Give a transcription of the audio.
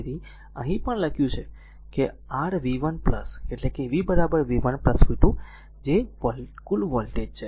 તેથી તેથી જ અહીં પણ લખ્યું છે કે r v 1 એટલે કે v v 1 v 2 કે કુલ વોલ્ટેજ છે